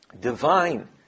divine